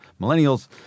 Millennials